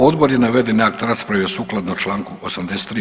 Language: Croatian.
Odbor je navedeni akt raspravio sukladno Članku 83.